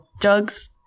jugs